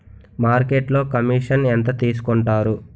మార్కెట్లో కమిషన్ ఎంత తీసుకొంటారు?